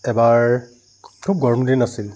এবাৰ খুব গৰম দিন আছিল